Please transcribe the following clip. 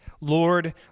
Lord